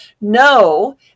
no